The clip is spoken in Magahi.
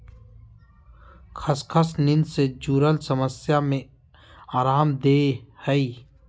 खसखस नींद से जुरल समस्या में अराम देय हइ